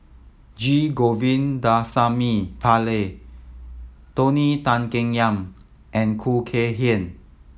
G Govindasamy Pillai Tony Tan Keng Yam and Khoo Kay Hian